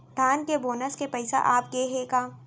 धान के बोनस के पइसा आप गे हे का?